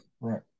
right